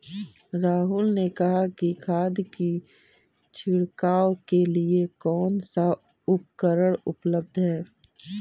राहुल ने कहा कि खाद की छिड़काव के लिए कौन सा उपकरण उपलब्ध है?